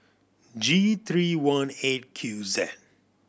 G three one Eight Q Z